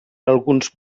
alguns